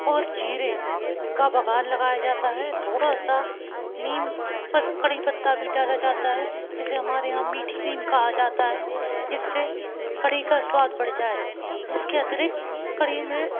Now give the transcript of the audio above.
और ज़ीरे का बघार लगाया जाता है थोड़ा सा नीम पत कढ़ी पत्ता भी डाला जाता है जिस से हमारे यहाँ मीठी नीम कहा जाता है जिस से कढ़ी का स्वाद बढ़ जाए इसके अतिरिक्त कढ़ी में